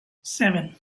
seven